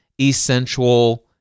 essential